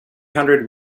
hundred